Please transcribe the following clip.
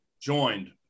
joined